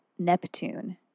Neptune